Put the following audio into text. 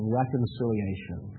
reconciliation